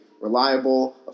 reliable